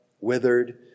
withered